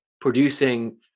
producing